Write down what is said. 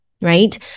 Right